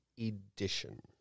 Edition